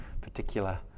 particular